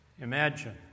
Imagine